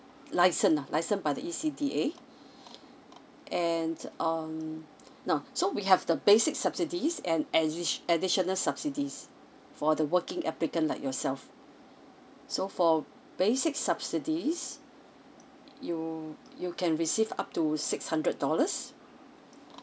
license ah license by the E_C_D_A and um now so we have the basic subsidies and addi~ additional subsidies for the working applicant like yourself so for basic subsidies you you can receive up to six hundred dollars